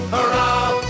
Hurrah